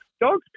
Dogs